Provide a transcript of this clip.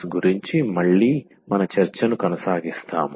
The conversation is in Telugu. ఇంజనీరింగ్ మాథెమాటిక్స్ I యొక్క 54 వ లెక్చర్ కు స్వాగతం